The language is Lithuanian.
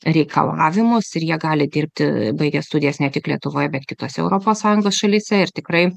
reikalavimus ir jie gali dirbti baigę studijas ne tik lietuvoje bet kitose europos sąjungos šalyse ir tikrai